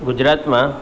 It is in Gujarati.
ગુજરાતમાં